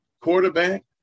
quarterback